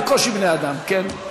בקושי בני-אדם, כן?